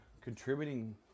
contributing